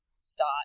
Start